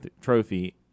trophy